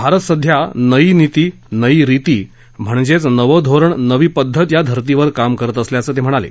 भारत सध्या नई नीती नई रिती म्हणजेच नवं धोरण नवी पद्धत या धर्तीवर काम करत असल्याचं ते म्हणाले